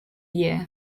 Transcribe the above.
year